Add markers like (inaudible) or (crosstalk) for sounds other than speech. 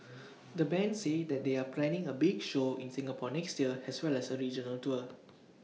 (noise) the Band say they are planning A big show in Singapore next year as well as A regional tour